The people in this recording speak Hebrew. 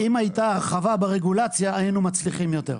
אם הייתה הרחבה ברגולציה היינו מצליחים יותר.